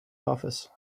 office